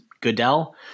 Goodell